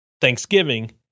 Thanksgiving